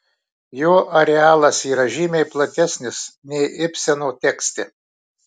jo arealas yra žymiai platesnis nei ibseno tekste